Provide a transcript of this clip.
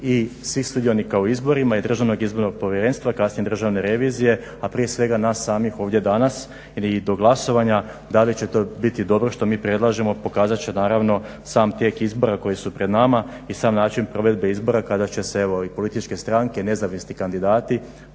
i svih sudionika u izborima i Državnog izbornog povjerenstva, kasnije Državne revizije a prije svega nas samih ovdje danas jer do glasovanja da li će to biti dobro što mi predlažemo pokazat će naravno sam tijek izbora koji su pred nama i sam način provedbe izbora kada će se evo političke stranke, nezavisni kandidati